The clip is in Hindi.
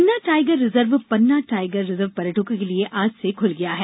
पन्ना tiger reserve Panna tiger reserve पर्यटकों के लिए आज से खुल गया है